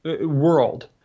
world